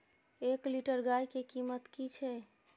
एक लीटर गाय के कीमत कि छै?